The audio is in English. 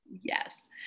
Yes